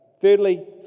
Thirdly